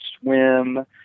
Swim